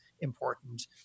important